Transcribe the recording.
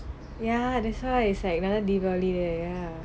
ya that's why I say another deepavali ya